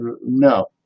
No